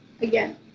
again